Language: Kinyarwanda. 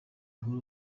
uhora